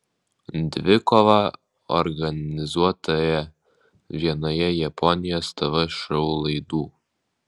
dvikovą organizuotoje vienoje japonijos tv šou laidų